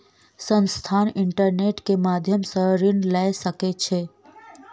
संस्थान, इंटरनेट के माध्यम सॅ ऋण लय सकै छै